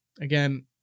Again